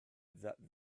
that